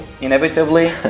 inevitably